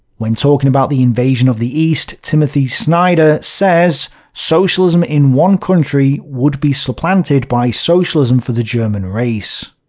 when talking about the invasion of the east, timothy snyder says socialism in one country would be supplanted by socialism for the german race.